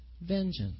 Vengeance